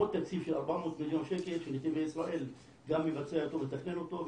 ועוד תקציב של 400 מיליון שקל שנתיבי ישראל מבצע אותו ומתכנן אותו.